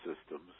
systems